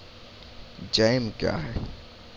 Jam क्या हैं?